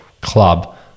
club